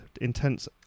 Intense